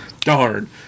Darn